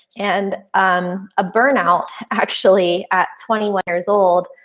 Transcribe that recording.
and um a burnout actually at twenty one years old.